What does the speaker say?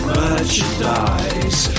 merchandise